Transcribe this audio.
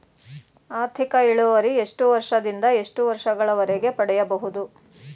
ಆರ್ಥಿಕ ಇಳುವರಿ ಎಷ್ಟು ವರ್ಷ ದಿಂದ ಎಷ್ಟು ವರ್ಷ ಗಳವರೆಗೆ ಪಡೆಯಬಹುದು?